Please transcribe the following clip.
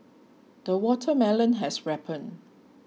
the watermelon has ripened